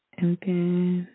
okay